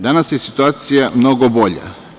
Danas je situacija mnogo bolja.